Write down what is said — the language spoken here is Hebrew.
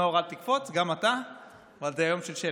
נאור, אל תקפוץ, גם אתה, אבל זה היום של שלי.